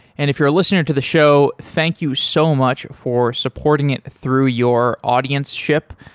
and if you're listening to the show, thank you so much for supporting it through your audienceship.